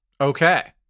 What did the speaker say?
Okay